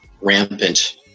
rampant